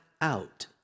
out